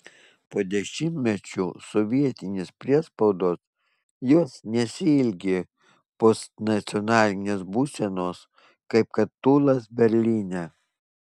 po dešimtmečių sovietinės priespaudos jos nesiilgi postnacionalinės būsenos kaip kad tūlas berlyne